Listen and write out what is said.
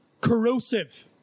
corrosive